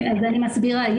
אני מסבירה.